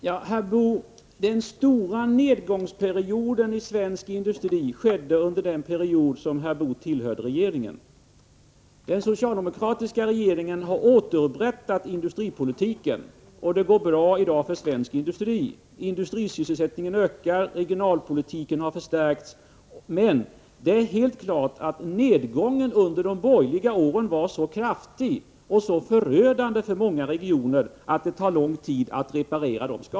Herr talman! Till herr Boo vill jag säga att den stora nedgångsperioden för svensk industri inföll under den tid då herr Boo tillhörde regeringen. Den socialdemokratiska regeringen har återupprättat industripolitiken, och det går i dag bra för svensk industri. Industrisysselsättningen ökar, och regionalpolitiken har förstärkts. Det är emellertid helt klart att nedgången under de borgerliga åren var så kraftig och så förödande för många regioner att det tar lång tid att reparera skadorna.